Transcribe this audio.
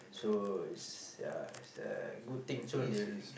so it's a it's a good thing so they will